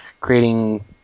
creating